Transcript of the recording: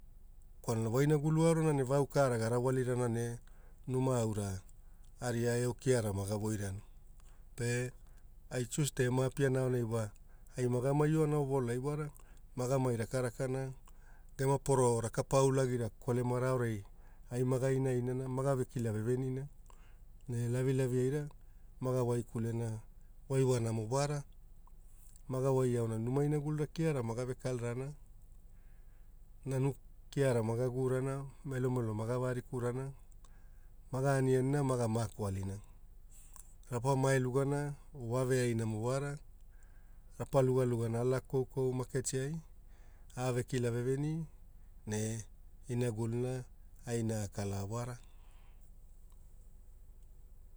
Kwalana voinagulu aorana vau kara gerawalirana ne numa aura geria au keia mage voirana. Pe ai tiuste mae apiana wa ai mage maiona ovolai wara mageria rakaraka gema poro raka paia ulagiara kolemana aorai. Ai mage inainana mage kila vevenina ne lavilavira mage waikulena voinamo wara mega wai aona numa inagularana kiara ma vekalarana, nanu kiara mae vurana melomelo ma varikurana maga anianina maga mako alina. Rupu mae lugera voveaina mo wara rapa lugalugana aluka koukou maketi ai a vekila veveni ne inaguluna aina akala wara.